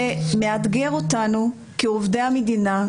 זה מאתגר אותנו כעובדי מדינה.